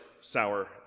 sour